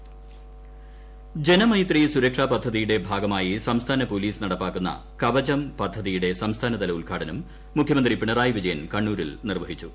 കവചം പദ്ധതി ജനമൈത്രി സുരക്ഷ പദ്ധതിയുടെ ഭാഗമായി സംസ്ഥാന പോലീസ് നടപ്പാക്കുന്ന കവചം പദ്ധതിയുടെ സംസ്ഥാനതല ഉദ്ഘാടനം മുഖ്യമന്ത്രി പിണറായി വിജയൻ കണ്ണൂരിൽ നിർവഹിച്ചു